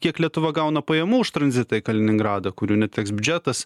kiek lietuva gauna pajamų už tranzitą į kaliningradą kurių neteks biudžetas